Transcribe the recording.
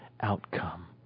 outcome